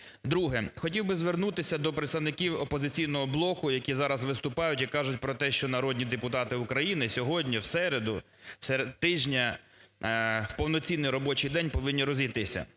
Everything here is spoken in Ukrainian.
Друге. Хотів би звернутися до представників "Опозиційного блоку", які зараз виступають і кажуть про те, що народні депутати України сьогодні в середу, серед тижня, в повноцінний робочий день повинні розійтися.